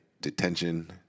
detention